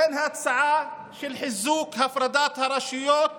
בין ההצעה של חיזוק הפרדת הרשויות